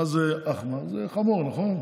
מה זה אחמר, זה חמור, נכון?